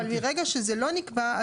אבל מרגע שזה לא נקבע,